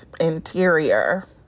interior